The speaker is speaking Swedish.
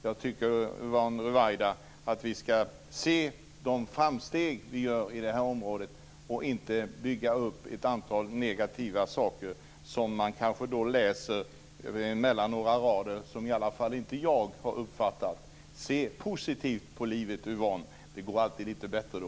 Jag tycker, Yvonne Ruwaida, att vi skall se de framsteg som görs på detta område och att vi inte skall bygga upp ett antal negativa saker som man kanske läser mellan några rader och som i varje fall inte jag har uppfattat. Se alltså positivt på livet, Yvonne Ruwaida! Det går alltid litet bättre då.